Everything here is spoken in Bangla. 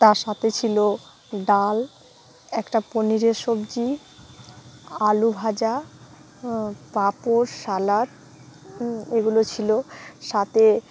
তার সাথে ছিল ডাল একটা পনিরের সবজি আলু ভাজা পাাপড় সালাড হ্যাঁ এগুলো ছিল সাথে